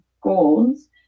goals